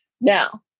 now